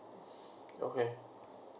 okay